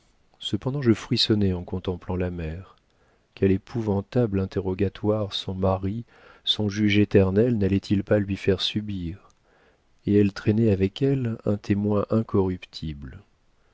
cependant je frissonnai en contemplant la mère quel épouvantable interrogatoire son mari son juge éternel n'allait-il pas lui faire subir et elle traînait avec elle un témoin incorruptible